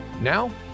Now